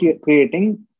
creating